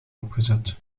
opgezet